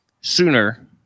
sooner